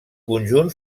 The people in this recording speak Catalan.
conjunt